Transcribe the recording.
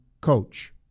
coach